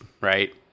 right